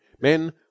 Men